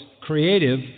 creative